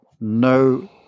no